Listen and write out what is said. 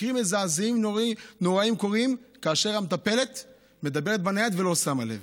מקרים מזעזעים נוראיים קורים כאשר המטפלת מדברת בנייד ולא שמה לב.